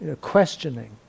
Questioning